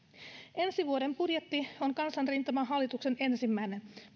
ensi vuoden budjetti on kansanrintamahallituksen ensimmäinen